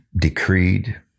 Decreed